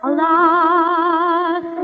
Alas